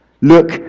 Look